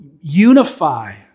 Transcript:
unify